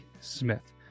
Smith